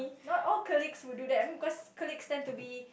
not all colleagues will do that because colleagues turn to be